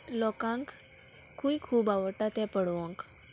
लोकांक कूय खूब आवडटा त्या पडोवंक